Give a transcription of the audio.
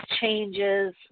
changes